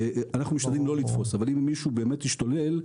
אנחנו משתדלים לא לתפוס אבל אם מישהו באמת השתולל,